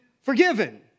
forgiven